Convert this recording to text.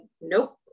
nope